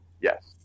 Yes